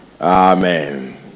Amen